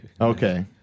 Okay